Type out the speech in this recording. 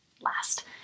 Last